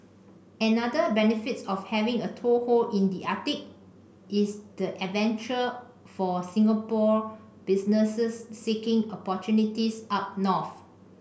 another benefit of having a toehold in the Arctic is the adventure for Singapore businesses seeking opportunities up north